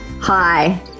Hi